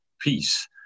peace